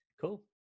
Cool